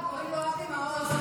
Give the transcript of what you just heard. גבר אמר, קוראים לו אבי מעוז.